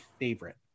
favorite